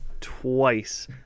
twice